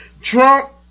Trump